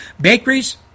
bakeries